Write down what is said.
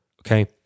okay